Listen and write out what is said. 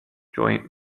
joint